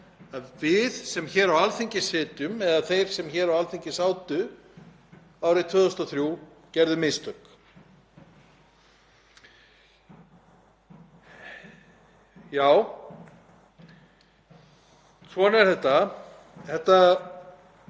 Já, svona er þetta. Það var nefnilega þannig að í frumvarpi til laga sem varð að barnalögum, nr. 76/2003, var ekki að finna þetta búsetuskilyrði.